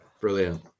Brilliant